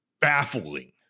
baffling